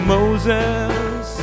Moses